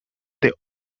they